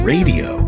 Radio